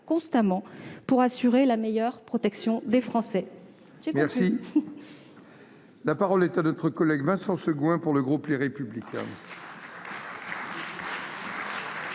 pour assurer la meilleure protection des Français. La parole est à M. Vincent Segouin, pour le groupe Les Républicains.